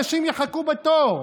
אנשים יחכו בתור.